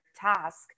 task